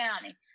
County